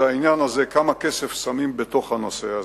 זה העניין: כמה כסף שמים בתוך הנושא הזה.